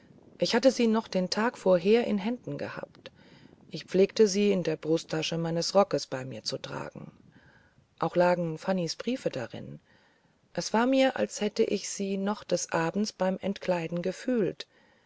ich hatte sie noch den tag vorher in händen gehabt ich pflegte sie in der brusttasche meines rockes bei mir zu tragen auch lagen fanny's briefe darin es war mir als hätte ich sie noch des abends beim entkleiden gefühlt